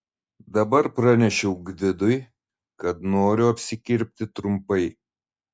dabar pranešiau gvidui kad noriu apsikirpti trumpai